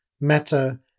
Meta